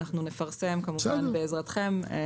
אנחנו נפרסם כמובן בעזרתכם --- בסדר.